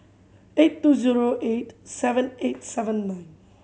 eight two zero eight seven eight seven nine